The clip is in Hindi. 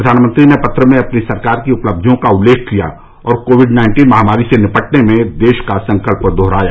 प्रधानमंत्री ने पत्र में अपनी सरकार की उपलब्धियों का उल्लेख किया और कोविड नाइन्टीन महामारी से निपटने में देश का संकल्प दोहराया